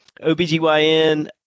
OBGYN